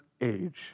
age